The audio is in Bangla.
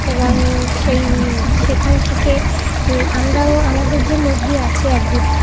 এবং সেই সেখান থেকে আমরাও আমাদের যে মুরগি আছে এক দুটো